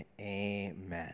Amen